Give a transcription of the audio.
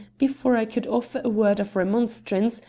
before i could offer a word of remonstrance,